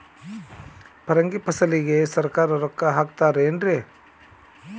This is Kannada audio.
ಪರಂಗಿ ಫಸಲಿಗೆ ಸರಕಾರ ರೊಕ್ಕ ಹಾಕತಾರ ಏನ್ರಿ?